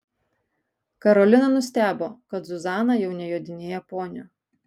karolina nustebo kad zuzana jau nejodinėja poniu